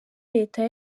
leta